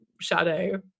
shadow